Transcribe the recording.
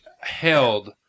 held